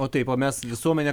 o taip mes visuomenė